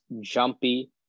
jumpy